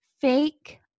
fake